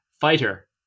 fighter